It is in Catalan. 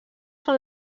són